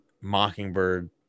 Mockingbird